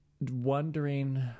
wondering